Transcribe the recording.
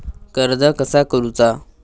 कर्ज कसा करूचा?